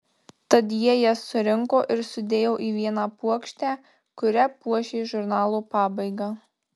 tad jie jas surinko ir sudėjo į vieną puokštę kuria puošė žurnalo pabaigą